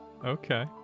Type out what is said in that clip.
Okay